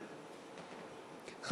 מֵרגי, מֵרגי.